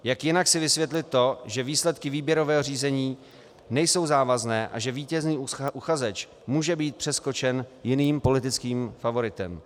Jak jinak si vysvětlit to, že výsledky výběrového řízení nejsou závazné a že vítězný uchazeč může být přeskočen jiným politickým favoritem?